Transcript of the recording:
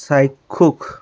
চাক্ষুষ